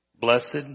Blessed